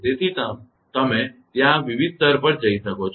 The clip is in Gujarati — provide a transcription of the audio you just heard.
તેથી તમે ત્યાં વિવિધ સ્તર કરી શકો છો